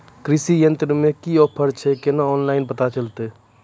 कृषि यंत्र मे की ऑफर छै केना ऑनलाइन पता चलतै?